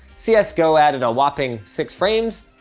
cs go added a whopping six frames.